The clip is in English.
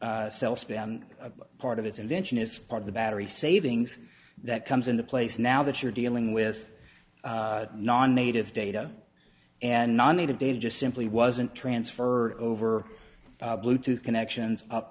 a part of its invention is part of the battery savings that comes into place now that you're dealing with non native data and non native data just simply wasn't transferred over bluetooth connections up